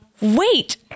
wait